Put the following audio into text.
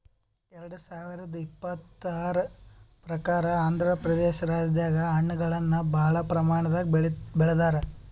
ಎರಡ ಸಾವಿರದ್ ಇಪ್ಪತರ್ ಪ್ರಕಾರ್ ಆಂಧ್ರಪ್ರದೇಶ ರಾಜ್ಯದಾಗ್ ಹಣ್ಣಗಳನ್ನ್ ಭಾಳ್ ಪ್ರಮಾಣದಾಗ್ ಬೆಳದಾರ್